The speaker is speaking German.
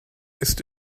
ist